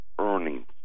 earnings